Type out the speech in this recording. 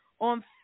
on